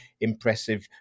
impressive